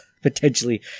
potentially